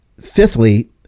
Fifthly